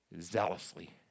zealously